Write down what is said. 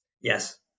Yes